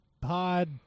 Pod